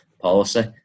policy